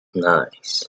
nice